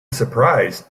surprised